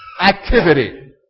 activity